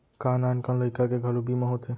का नान कन लइका के घलो बीमा होथे?